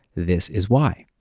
this is why!